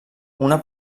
una